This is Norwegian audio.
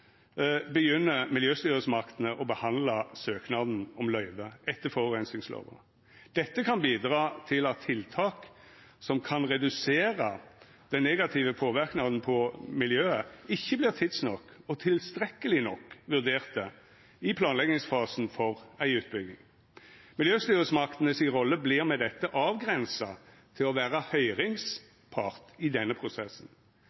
begynner miljøstyresmaktene å behandla søknaden om løyve etter forureiningslova. Dette kan bidra til at tiltak som kan redusera den negative påverknaden på miljøet, ikkje vert tidsnok og tilstrekkeleg vurderte i planleggingsfasen for ei utbygging. Miljøstyresmaktene si rolle vert med dette avgrensa til å vera